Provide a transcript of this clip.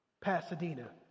pasadena